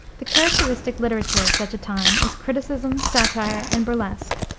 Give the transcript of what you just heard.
the characteristic literature of such a time is criticism, satire, and burlesque,